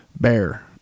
bear